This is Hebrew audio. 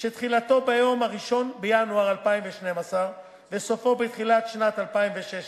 שתחילתו ביום 1 בינואר 2012 וסופו בתחילת שנת 2016,